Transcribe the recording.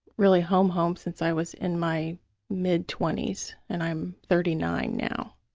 really home-home since i was in my mid twenty s and i'm thirty nine now.